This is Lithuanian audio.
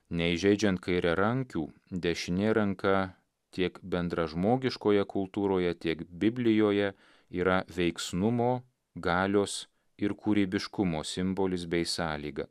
neįžeidžiant kairiarankių dešinė ranka tiek bendražmogiškoje kultūroje tiek biblijoje yra veiksnumo galios ir kūrybiškumo simbolis bei sąlyga